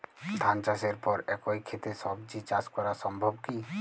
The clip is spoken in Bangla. ধান চাষের পর একই ক্ষেতে সবজি চাষ করা সম্ভব কি?